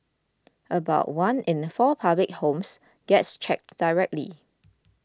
about one in four public homes gets checked directly